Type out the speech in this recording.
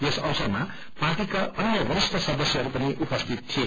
यस अवसरमा पार्टीका अन्य वरिष्ठ सदस्यहरू पनि उपस्थित थिए